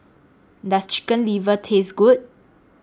Does Chicken Liver Taste Good